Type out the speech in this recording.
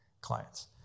clients